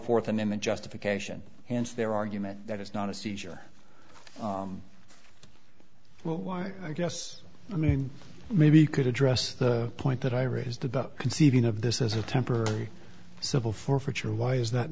fourth amendment justification and their argument that it's not a seizure well i guess i mean maybe you could address the point that i raised about conceiving of this as a temporary civil forfeiture why is that